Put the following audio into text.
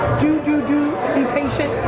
do, do, do, be patient.